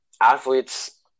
athletes